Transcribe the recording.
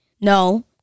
no